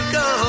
go